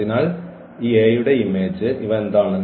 അതിനാൽ ഈ A യുടെ ഇമേജ് ഇവ എന്താണ്